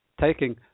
taking